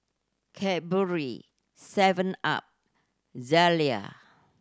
Cadbury seven Up Zalia